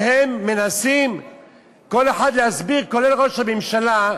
והם מנסים כל אחד להסביר, כולל ראש הממשלה,